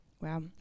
Wow